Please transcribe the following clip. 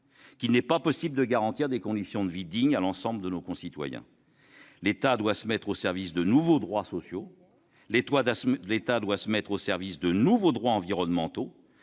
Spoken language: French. qu'il n'est pas possible de garantir des conditions de vie dignes à l'ensemble de nos concitoyens ? L'État doit se mettre au service de nouveaux droits sociaux, de nouveaux droits environnementaux,